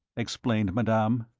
explained madame.